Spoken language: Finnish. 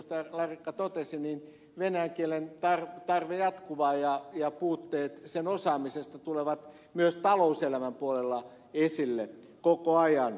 larikka totesi venäjän kielen tarve jatkuva ja puutteet sen osaamisessa tulevat myös talouselämän puolella esille koko ajan